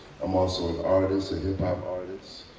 i'm also an artist, a hip-hop artist.